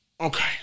Okay